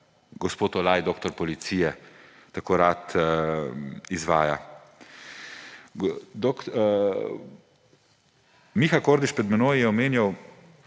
gospod Olaj, doktor policije, tako rad izvaja. Miha Kordiš pred menoj je omenjal